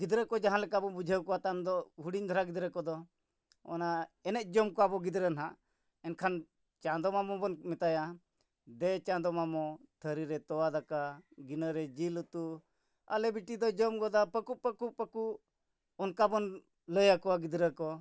ᱜᱤᱫᱽᱨᱟᱹ ᱠᱚ ᱡᱟᱦᱟᱸ ᱞᱮᱠᱟ ᱵᱚᱱ ᱵᱩᱡᱷᱟᱹᱣ ᱠᱚᱣᱟ ᱛᱟᱭᱚᱢ ᱫᱚ ᱦᱩᱰᱤᱧ ᱫᱷᱚᱨᱟ ᱜᱤᱫᱽᱨᱟᱹ ᱠᱚᱫᱚ ᱚᱱᱟ ᱮᱱᱮᱡ ᱡᱚᱢ ᱠᱚᱣᱟᱵᱚ ᱜᱤᱫᱽᱨᱟᱹ ᱦᱟᱸᱜ ᱮᱱᱠᱷᱟᱱ ᱪᱟᱸᱫᱚ ᱢᱟᱢᱚ ᱵᱚᱱ ᱢᱮᱛᱟᱭᱟ ᱫᱮ ᱪᱟᱸᱫᱚ ᱢᱟᱢᱚ ᱛᱷᱟᱹᱨᱤ ᱨᱮ ᱛᱳᱣᱟ ᱫᱟᱠᱟ ᱜᱤᱱᱟᱹ ᱨᱮ ᱡᱤᱞ ᱩᱛᱩ ᱟᱞᱮ ᱵᱤᱴᱤ ᱫᱚ ᱡᱚᱢ ᱜᱚᱫᱟ ᱯᱟᱹᱠᱩ ᱯᱟᱹᱠᱩ ᱯᱟᱹᱠᱩ ᱚᱱᱠᱟ ᱵᱚᱱ ᱞᱟᱹᱭ ᱟᱠᱚᱣᱟ ᱜᱤᱫᱽᱨᱟᱹ ᱠᱚ